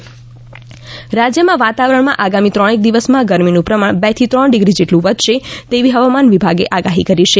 હવામાન રાજયમાં વાતાવરણમાં આગામી ત્રણેક દિવસમાં ગરમીનું પ્રમાણ બે થી ત્રણ ડિગ્રી જેટલું વધશે તેવી હવામાન વિભાગે આગાહી કરી છે